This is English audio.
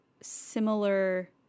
similar